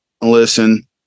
listen